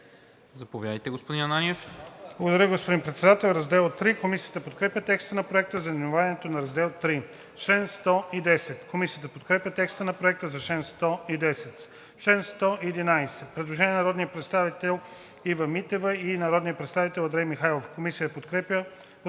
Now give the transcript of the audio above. Извинявайте, господин Ананиев.